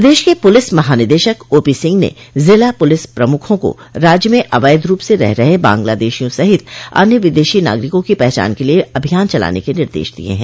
प्रदेश के पुलिस महानिदेशक ओपी सिंह ने जिला पुलिस प्रमुखों को राज्य में अवैध रूप से रह रहे बांग्लादेशियों सहित अन्य विदेशी नागरिकों की पहचान के लिये अभियान चलाने के निर्देश दिये हैं